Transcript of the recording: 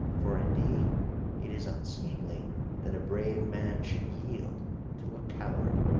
for indeed it is unseemly that a brave man should yield to a coward.